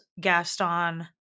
Gaston